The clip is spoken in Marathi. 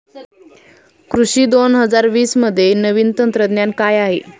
कृषी दोन हजार वीसमध्ये नवीन तंत्रज्ञान काय आहे?